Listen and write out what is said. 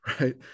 right